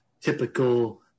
typical